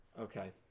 Okay